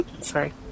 Sorry